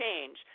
change